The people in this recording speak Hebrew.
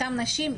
אותן נשים,